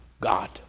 God